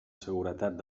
seguretat